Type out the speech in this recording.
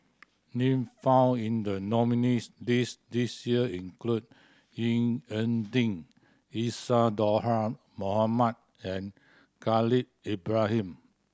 name found in the nominees' list this year include Ying E Ding Isadhora Mohamed and Khalil Ibrahim